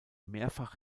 mehrfach